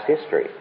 history